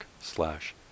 slash